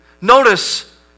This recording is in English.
Notice